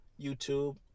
YouTube